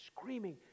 screaming